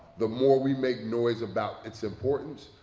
the more we make noise about its importance,